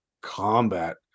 combat